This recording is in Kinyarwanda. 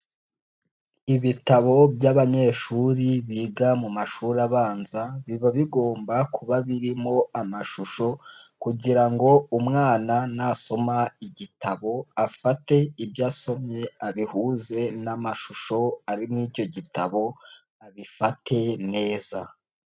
Ibitabo by'abanyeshuri biga mu mashuri abanza, biba bigomba kuba birimo amashusho, kugira ngo umwana nasoma igitabo afate ibyo asomye abihuze n'amashusho ari muri icyo gitabo abifate neza.